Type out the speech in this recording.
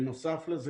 בנוסף לזה,